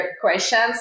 questions